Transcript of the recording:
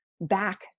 Back